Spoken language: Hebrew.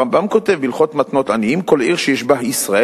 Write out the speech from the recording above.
הרמב"ם כותב בהלכות מתנות עניים: "כל עיר שיש בה ישראל,